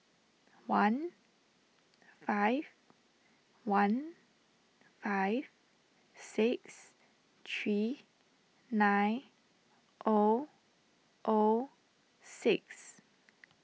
one five one five six three nine O O six